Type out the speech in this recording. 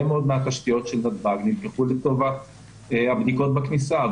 מאוד מהתשתיות נלקחו לטובת הבדיקות בכניסה.